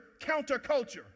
counterculture